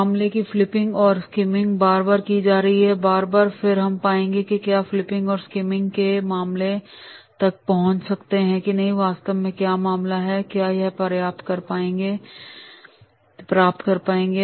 मामले की फ़्लिपिंग और स्किमिंग बार बार की जा रही है बार बार और फिर हम पाएंगे कि क्या हम फ़्लिपिंग और स्किमिंग के मामले तक पहुँच चुके हैं कि वास्तव में मामला क्या है क्या हम यह प्राप्त कर पाएंगे